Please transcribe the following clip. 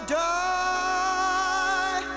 die